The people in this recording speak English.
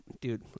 dude